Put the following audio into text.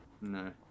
No